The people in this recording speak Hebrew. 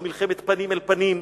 ולא מלחמת פנים אל פנים,